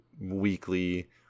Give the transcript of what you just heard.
weekly